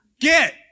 Get